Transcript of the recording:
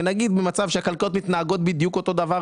ונגיד במצב שהכלכלות מתנהגות בדיוק אותו דבר,